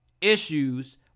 issues